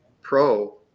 pro